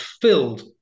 filled